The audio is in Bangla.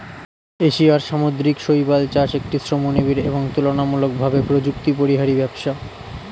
এশিয়ার সামুদ্রিক শৈবাল চাষ একটি শ্রমনিবিড় এবং তুলনামূলকভাবে প্রযুক্তিপরিহারী ব্যবসা